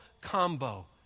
combo